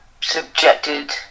subjected